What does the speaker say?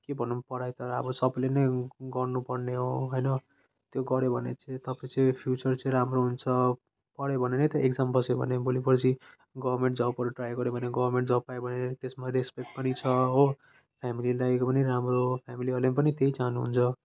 के भनौँ पढाइ त अब सबले नै गर्नुपर्ने हो होइन त्यो गर्यो भने चाहिँ तपाईँ चाहिँ फ्युचर चाहिँ राम्रो हुन्छ पढ्यो भने नै त एक्जाम बस्यो भने भोलिपर्सि गभर्मेन्ट जबहरू ट्राई गर्यो भने गभर्मेन्ट जब पायो भने त्यसमा रेस्पेक्ट पनि छ हो फ्यामिलीलाई पनि राम्रो फ्यामिलीहरूले पनि त्यही चाहनुहुन्छ